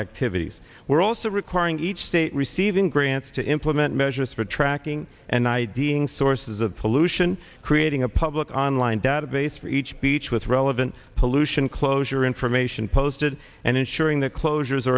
activities were also requiring each state receiving grants to implement measures for tracking and id and sources of pollution creating a public online database for each beach with relevant pollution closure information posted and ensuring the closures